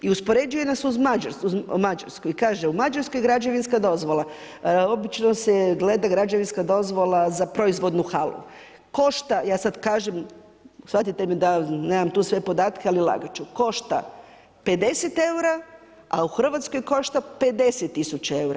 I uspoređuje nas uz Mađarsku i kaže, u Mađarskoj građevinska dozvola, obično se gleda građevinska dozvola za proizvodnu halu, košta, ja sada kažem, shvatite me da nemam tu sve podatke ali lagati ću, košta 50 eura a u Hrvatskoj košta 50 tisuća eura.